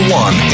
one